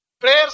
prayers